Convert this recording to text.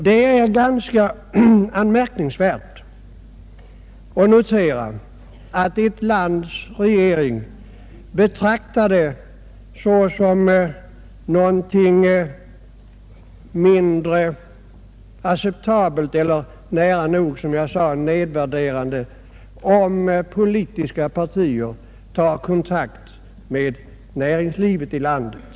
Det är ganska anmärkningsvärt att kunna notera att ett lands regering betraktar det såsom något mindre acceptabelt eller nära nog, som jag sade, diskrediterande om politiska partier tar kontakt med näringslivet i landet.